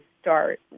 start